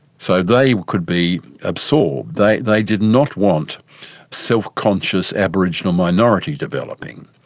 so they could be absorbed. they they did not want self-conscious aboriginal minority developing.